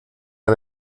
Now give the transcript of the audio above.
han